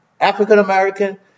African-American